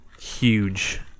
huge